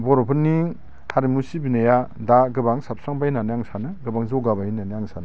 बर'फोरनि हारिमु सिबिनाया दा गोबां साबस्रांबाय होननानै आं सानो गोबां जौगाबाय होनना आं सानो